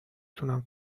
تونم